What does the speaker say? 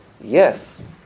yes